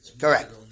Correct